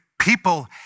people